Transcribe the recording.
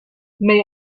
may